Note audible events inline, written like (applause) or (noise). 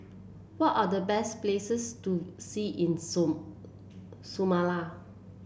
what are the best places to see in (unintelligible) Somalia